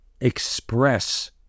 express